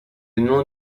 nom